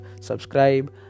subscribe